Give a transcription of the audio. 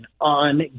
on